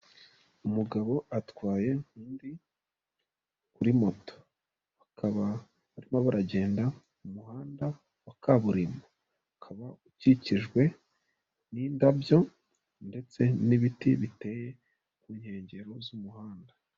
uUmugabo atwaye undi, kuri moto, bakaba barimo baragenda mu muhanda wa kaburimbo, ukaba ukikijwe n'indabyo ndetse n'ibiti biteye ku nkengero z'umuhanda.